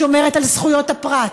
שומרת על זכויות הפרט,